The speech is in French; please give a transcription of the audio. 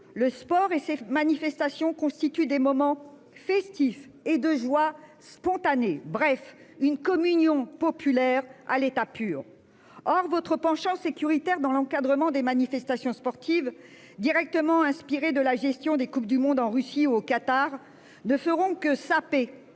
le sport et ces manifestations constituent des moments festifs et de joie spontanée, bref une communion populaire à l'état pur. Or, votre penchant sécuritaire dans l'encadrement des manifestations sportives directement inspirée de la gestion des Coupes du monde en Russie au Qatar de feront que saper